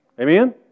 Amen